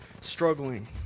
struggling